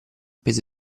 peso